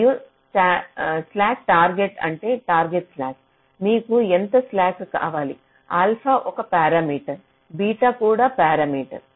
మరియు slack target అంటే target slack మీకు ఎంత స్లాక్ కావాలి ఆల్ఫా ఒక పారామీటర్ బీటా కూడా పారామీటర్